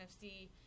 see